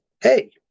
hey